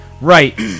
Right